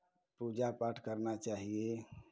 पूजा पाठ करना चाहिये